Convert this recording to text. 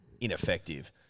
ineffective